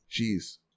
Jeez